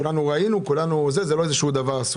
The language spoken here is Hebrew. כולנו ראינו וזה לא איזשהו דבר סודי.